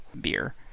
beer